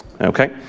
Okay